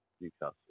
Newcastle